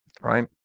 right